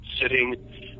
sitting